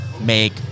make